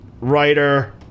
writer